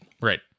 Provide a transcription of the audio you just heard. Right